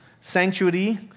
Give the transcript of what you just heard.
sanctuary